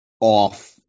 off